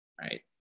right